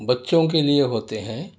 بچوں کے لئے ہوتے ہیں